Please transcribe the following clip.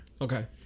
Okay